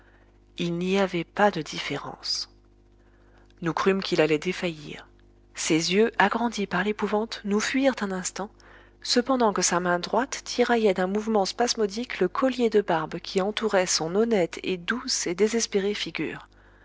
il n'y avait pas de différence nous crûmes qu'il allait défaillir ses yeux agrandis par l'épouvante nous fuirent un instant cependant que sa main droite tiraillait d'un mouvement spasmodique le collier de barbe qui entourait son honnête et douce et désespérée figure